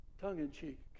tongue-in-cheek